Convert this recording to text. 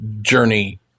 journey